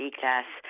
class